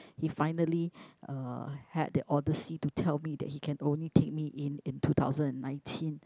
he finally uh had the odyssey to tell me that he can only take me in in two thousand and nineteen